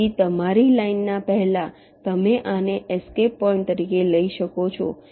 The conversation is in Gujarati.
તેથી તમારી લાઇનના પહેલા તમે આને એસ્કેપ પોઈન્ટ તરીકે લઈ શકો છો